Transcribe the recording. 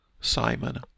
Simon